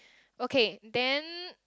okay then